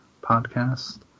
podcast